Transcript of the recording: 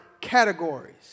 categories